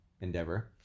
endeavor